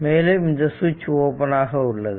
மேலும் இந்த சுவிட்ச் ஓபன் ஆக உள்ளது